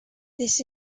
this